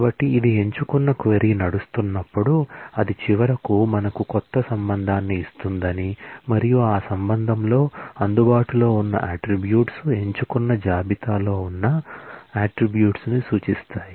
కాబట్టి ఇది ఎంచుకున్న క్వరీ నడుస్తున్నప్పుడు అది చివరకు మనకు క్రొత్త రిలేషన్ ని ఇస్తుందని మరియు ఆ రిలేషన్ లో అందుబాటులో ఉన్న అట్ట్రిబ్యూట్స్ ఎంచుకున్న జాబితాలో ఉన్న అట్ట్రిబ్యూట్స్ ను సూచిస్తాయి